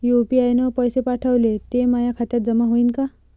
UPI न पैसे पाठवले, ते माया खात्यात जमा होईन का?